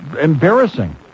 embarrassing